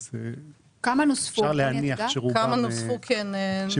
אז אפשר להניח שרובם,